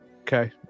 Okay